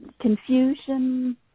confusion